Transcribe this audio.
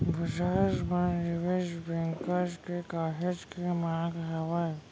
बजार म निवेस बेंकर के काहेच के मांग हावय